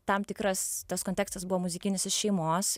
tam tikras tas kontekstas buvo muzikinis iš šeimos